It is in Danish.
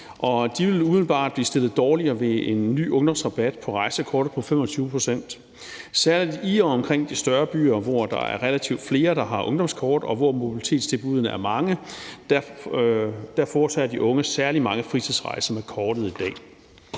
de vil umiddelbart blive stillet dårligere med en ny ungdomsrabat på rejsekortet på 25 pct. Særlig i og omkring de større byer, hvor der er relativt flere, der har ungdomskort, og hvor mobilitetstilbuddene er mange, foretager de unge særlig mange fritidsrejser med kortet i dag.